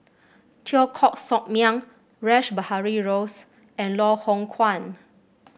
Teo Koh Sock Miang Rash Behari Rose and Loh Hoong Kwan